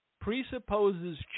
presupposes